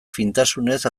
fintasunez